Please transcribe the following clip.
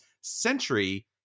Century